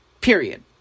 Period